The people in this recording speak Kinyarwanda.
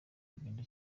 urugendo